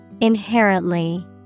inherently